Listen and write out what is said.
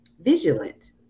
vigilant